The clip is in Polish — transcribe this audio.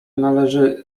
należy